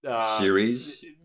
series